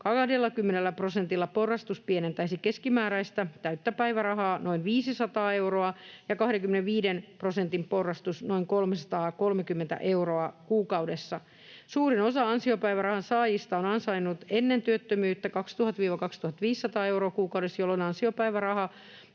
20 prosentilla porrastus pienentäisi keskimääräistä täyttä päivärahaa noin 500 euroa ja 25 prosentin porrastus noin 330 euroa kuukaudessa. Suurin osa ansiopäivärahan saajista on ansainnut ennen työttömyyttä 2 000—2 500 euroa kuukaudessa, jolloin ansiopäiväraha